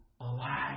alive